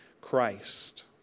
Christ